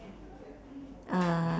uh